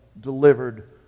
delivered